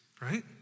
right